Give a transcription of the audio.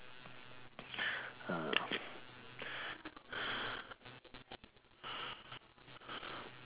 ah